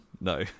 No